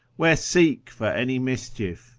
where seek for any mischief,